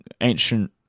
ancient